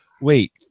Wait